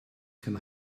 can